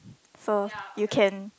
so you can